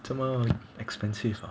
这么 expensive ah